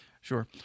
Sure